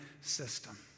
system